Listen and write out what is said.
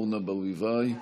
אורנה ברביבאי,